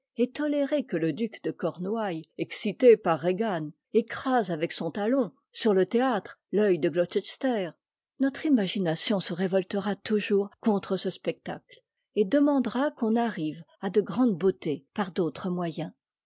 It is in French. vivaient et totérëi que le duc de cornoùaittë excité par régane écrase avec son taton sur le théâtre t'œit de glocester notre imagination se révoltera toujours contre ce spectacle ef'demandera qu'on arrive à de grandes beautés par d'autres'moyens mais